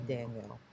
Daniel